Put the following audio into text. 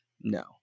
No